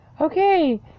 Okay